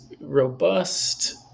robust